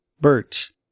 Birch